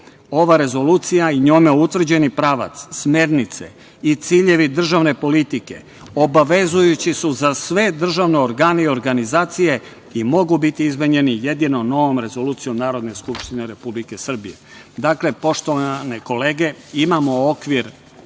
EU.Ova rezolucija i njome utvrđeni pravac, smernice i ciljevi državne politike obavezujući su za sve državne organe i organizacije i mogu biti izmenjeni jedinom novom rezolucijom Narodne skupštine Republike Srbije. Dakle, poštovane kolege imamo okvir